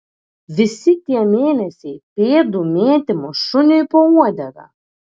visi tie mėnesiai pėdų mėtymo šuniui po uodega